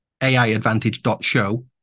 AIadvantage.show